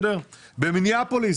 מיניאפוליס.